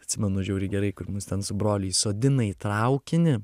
atsimenu žiauriai gerai kur mus ten su broliu įsodina į traukinį